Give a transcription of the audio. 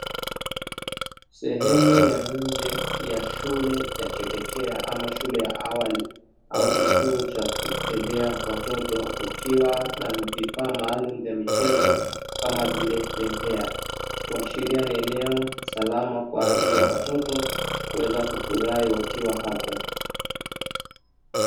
Sehemu ya nje ya shule ya chekechea ama shule ya awali, au kituo cha kulelea watoto, kukiwa na vifaa maalumu vya michezo kama vile bembea, kuashiria ni eneo salama kwa ajili ya watoto kuweza kufurahi wakiwa hapo.